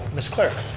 ms. clark.